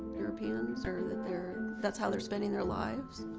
europeans? or that they're. that's how they're spending their lives?